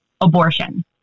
abortion